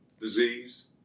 disease